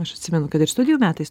aš atsimenu kad ir studijų metais